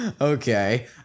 Okay